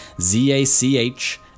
Z-A-C-H